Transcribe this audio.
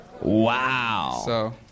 Wow